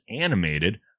animated